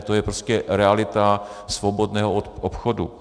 To je prostě realita svobodného obchodu.